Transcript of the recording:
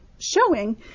showing